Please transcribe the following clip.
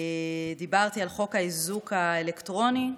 דיברתי על חוק האיזוק האלקטרוני,